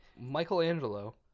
michelangelo